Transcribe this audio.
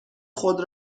خود